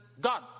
God